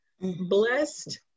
Blessed